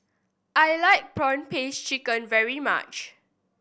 I like prawn paste chicken very much